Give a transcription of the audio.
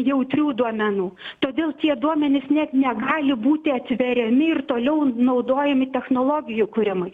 jautrių duomenų todėl tie duomenys net negali būti atveriami ir toliau naudojami technologijų kūrimui